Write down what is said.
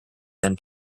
than